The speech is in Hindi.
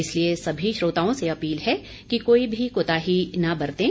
इसलिए सभी श्रोताओं से अपील है कि कोई भी कोताही न बरतें